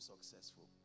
successful